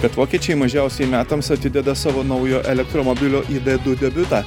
kad vokiečiai mažiausiai metams atideda savo naujo elektromobilio idedu debiutą